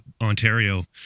Ontario